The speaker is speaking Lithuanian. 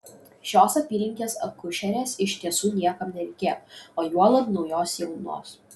šios apylinkės akušerės iš tiesų niekam nereikėjo o juolab naujos jaunos